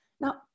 Now